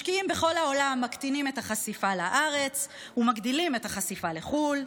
משקיעים בכל העולם מקטינים את החשיפה לארץ ומגדילים את החשיפה לחו"ל,